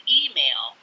email